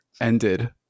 ended